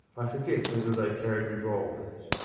i forget whether they carried revolvers.